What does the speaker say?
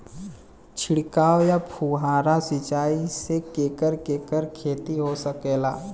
छिड़काव या फुहारा सिंचाई से केकर केकर खेती हो सकेला?